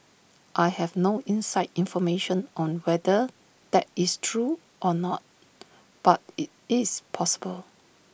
I have no inside information on whether that is true or not but IT is possible